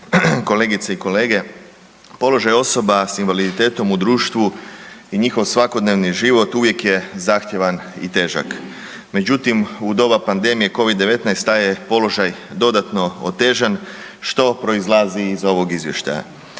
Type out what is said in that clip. kolegice i kolege, položaj osoba s invaliditetom u društvu i njihov svakodnevni život uvijek je zahtjevan i težak, međutim u doba pandemije Covid-19 taj je položaj dodatno otežan što proizlazi iz ovog izvještaja.